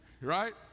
right